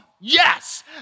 Yes